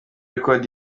record